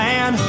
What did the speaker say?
Man